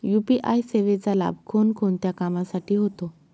UPI सेवेचा लाभ कोणकोणत्या कामासाठी होतो?